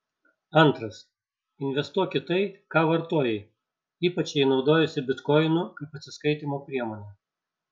antras investuok į tai ką vartoji ypač jei naudojiesi bitkoinu kaip atsiskaitymo priemone